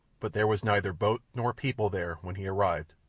but there was neither boat nor people there when he arrived,